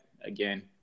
Again